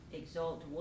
exalt